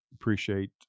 appreciate